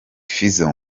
fizzo